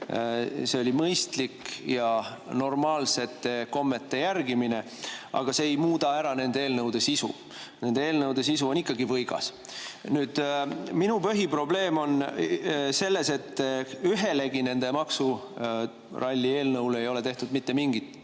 See oli mõistlik ja normaalseid kombeid järgiv, aga see ei muuda ära nende eelnõude sisu. Nende eelnõude sisu on ikkagi võigas. Minu põhiprobleem on selles, et ühelegi neist maksuralli eelnõudest ei ole tehtud mitte mingit